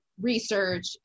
research